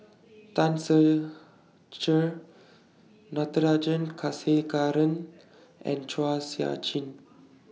Tan Ser Cher Natarajan Chandrasekaran and Chua Sian Chin